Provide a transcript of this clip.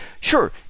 sure